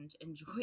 enjoy